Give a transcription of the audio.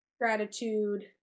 gratitude